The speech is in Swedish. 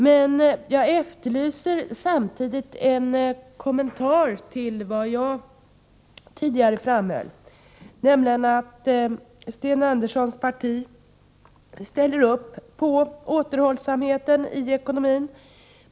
Men jag efterlyser samtidigt en kommentar till vad jag tidigare framhöll, nämligen att Sten Anderssons parti ställer upp på återhållsamheten i ekonomin.